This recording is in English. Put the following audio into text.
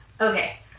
Okay